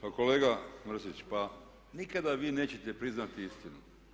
Pa kolega Mrsić pa nikada vi nećete priznati istinu.